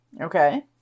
Okay